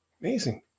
amazing